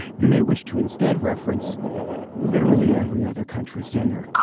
you may wish to instead reference literally every other country singer